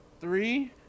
three